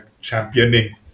championing